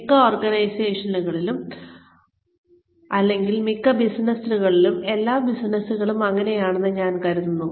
മിക്ക ഓർഗനൈസേഷനുകളും അല്ലെങ്കിൽ മിക്ക ബിസിനസ്സുകളും എല്ലാ ബിസിനസുകളും അങ്ങനെയാണെന്ന് ഞാൻ കരുതുന്നു